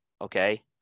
okay